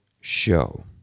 Show